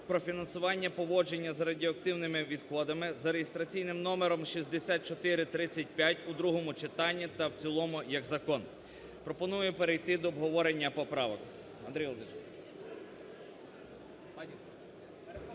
"Про фінансування поводження з радіоактивними відходами"" за реєстраційним номером 6435 у другому читанні та в цілому як закон. Пропоную перейти до обговорення поправок.